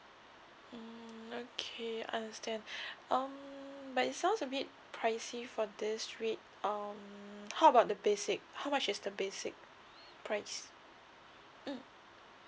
mm okay understand um but it sounds a bit pricey for this rate um how about the basic how much is the basic price mm